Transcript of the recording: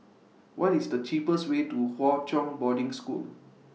What IS The cheapest Way to Hwa Chong Boarding School